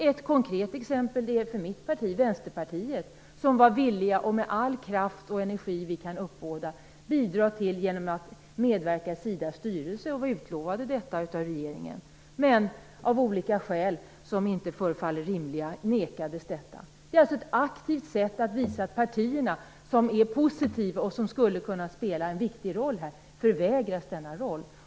Ett konkret exempel är att mitt parti, Vänsterpartiet, var villigt att med all kraft och energi som vi kan uppbåda bidra till detta genom att medverka i SIDA:s styrelse. Vi var utlovade detta av regeringen, men av olika skäl, som inte förefaller rimliga, nekades vi detta. Det är alltså ett aktivt sätt att visa att partierna, som är positiva och som skulle kunna spela en viktig roll, förvägras denna roll.